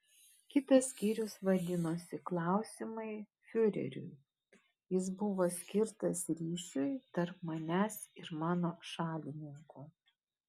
kitas skyrius vadinosi klausimai fiureriui jis buvo skirtas ryšiui tarp manęs ir mano šalininkų